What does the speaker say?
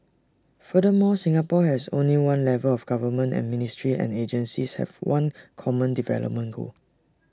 furthermore Singapore has only one level of government and ministries and agencies have one common development goal